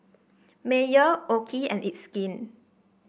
Mayer OKI and It's Skin